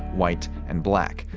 white and black,